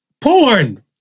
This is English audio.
porn